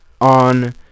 On